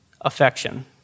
Affection